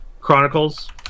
Chronicles